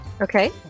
Okay